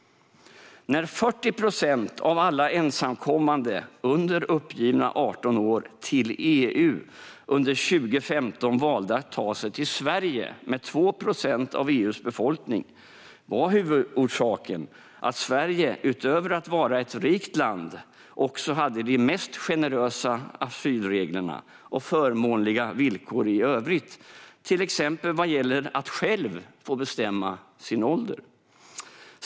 När 40 procent av alla ensamkommande under uppgivna 18 år till EU under 2015 valde att ta sig till Sverige, med 2 procent av EU:s befolkning, var huvudorsaken att Sverige utöver att vara ett rikt land hade de mest generösa asylreglerna och förmånliga villkor i övrigt, till exempel vad gäller att själv få bestämma sin ålder.